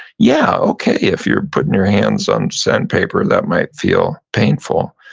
yeah, okay, if you're putting your hands on sandpaper that might feel painful,